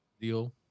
deal